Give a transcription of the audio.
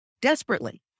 desperately